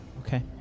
Okay